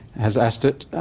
has asked it,